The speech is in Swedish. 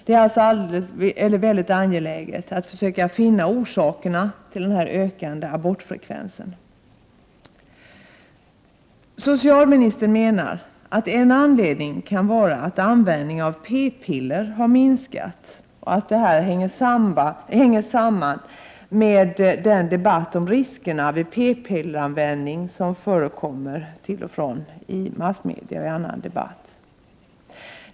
Det är alltså mycket angeläget att försöka finna orsakerna till den ökande abortfrekvensen. Socialministern menar att en anledning kan vara att användningen av p-piller har minskat och att detta hänger samman med den debatt om riskerna vid p-pilleranvändning som förekommer av och till i massmedia och i annan debatt.